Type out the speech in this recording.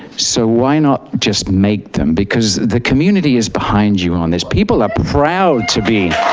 so why not just make them, because the community is behind you on this. people are proud to be,